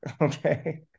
okay